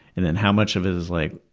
and then how much of it is, like,